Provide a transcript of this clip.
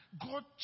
God